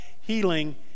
healing